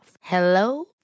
Hello